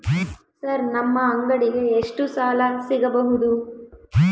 Sir ನಮ್ಮ ಅಂಗಡಿಗೆ ಎಷ್ಟು ಸಾಲ ಸಿಗಬಹುದು?